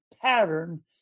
pattern